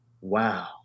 wow